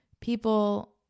People